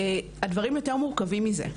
אז הדברים יותר מורכבים מזה.